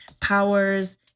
powers